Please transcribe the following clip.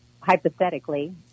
Hypothetically